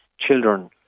children